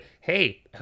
hey